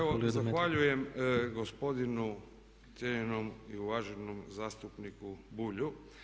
Evo zahvaljujem gospodinu cijenjenom i uvaženom zastupniku Bulju.